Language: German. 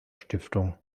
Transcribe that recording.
stiftung